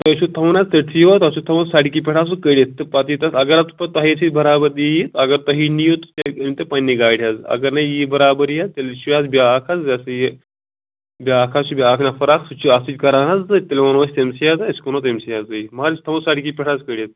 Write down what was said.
تۄہہِ چھُو تھاوُن حظ ژٔٹۍتھٕے یوٚت پتہٕ چھُو تھاوُن سڑکہِ پٮ۪ٹھ حظ سُہ کٔڈتھ تہٕ پَتہٕ یی تَتھ اگر حظ پَتہٕ تۄہے سۭتۍ برابری یِیہِ اگر تۄہہِ نِیِو تہٕ تیٚلہِ أنِو تُہۍ پَنٕنہِ گاڑِ حظ اگر نہٕ یِیہِ برابری حظ تیٚلہِ چھُ حظ بیٛاکھ حظ یا سا یہِ بیٛاکھ حظ چھُ بیٛاکھ نَفر اَکھ سُہ چھُ اَتھ سۭتۍ کران حظ تہٕ تیٚلہِ وَنو أسۍ تٔمسٕے حظ أسۍ کٕنو تٔمسٕے حظ بیٚیہِ مان ژٕ یہِ چھُ تھاوُن سڑکہِ پٮ۪ٹھ حظ کٔڈِتھ